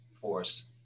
force